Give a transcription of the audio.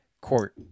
court